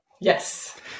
yes